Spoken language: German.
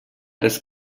des